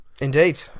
indeed